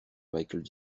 michael